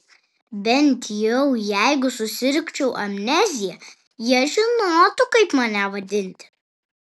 bent jau jeigu susirgčiau amnezija jie žinotų kaip mane vadinti